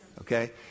Okay